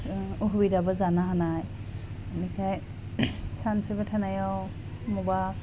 ओह उखुबिदाबो जानो हानाय बिनिफ्राइ सानस्रिबाय थानायाव मबा